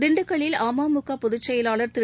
திண்டுக்கல்லில் அமமுகபொதுச் செயலாளர் திரு